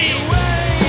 away